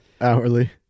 hourly